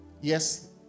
Yes